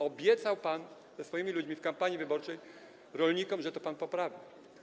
Obiecał pan ze swoimi ludźmi w kampanii wyborczej rolnikom, że pan to poprawi.